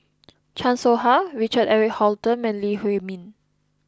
Chan Soh Ha Richard Eric Holttum and Lee Huei Min